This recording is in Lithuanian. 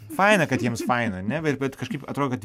faina kad jiems faina ane bet bet kažkaip atrodo kad